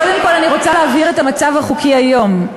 קודם כול אני רוצה להבהיר את המצב החוקי היום.